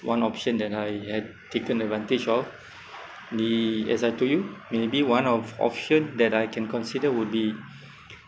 one option that I had taken advantage of the as I told you maybe one of option that I can consider would be